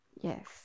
Yes